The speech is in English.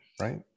Right